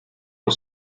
por